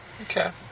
Okay